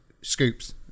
scoops